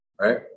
right